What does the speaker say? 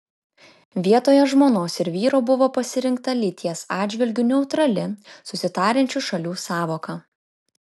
vietoje žmonos ir vyro buvo pasirinkta lyties atžvilgiu neutrali susitariančių šalių sąvoka